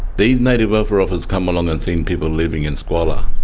these native welfare officers come along and seen people living in squalor,